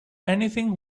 anything